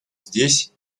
здесь